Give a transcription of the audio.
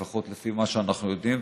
לפחות לפי מה שאנחנו יודעים,